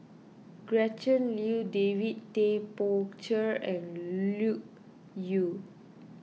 Gretchen Liu David Tay Poey Cher and Loke Yew